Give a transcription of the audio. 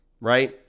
right